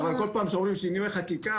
כל פעם שאומרים שינויי חקיקה,